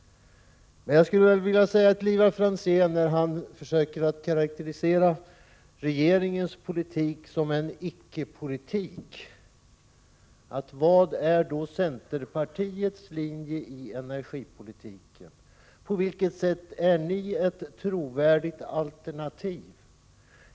Jag skulle vilja fråga Ivar Franzén, när han nu försöker karakterisera regeringens politik som en icke-politik: Vad är centerpartiets linje i energipolitiken? På vilket sätt är ni ett trovärdigt alternativ?